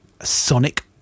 Sonic